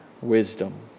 wisdom